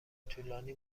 طولانی